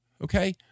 okay